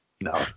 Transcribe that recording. no